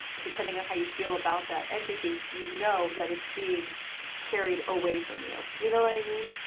depending on how you feel about that entity, you know that it's being carried away from you, you know what i mean?